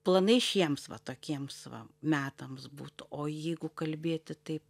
planai šiems va tokiems va metams būtų o jeigu kalbėti taip